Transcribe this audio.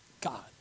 God